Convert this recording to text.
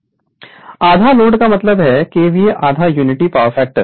आधा लोड का मतलब है केवीए 1 2 यूनिटी पावर फैक्टर